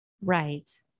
Right